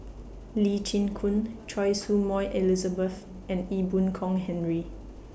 Lee Chin Koon Choy Su Moi Elizabeth and Ee Boon Kong Henry